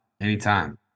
Anytime